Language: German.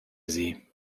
sie